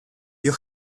you